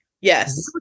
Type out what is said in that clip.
Yes